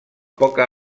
poca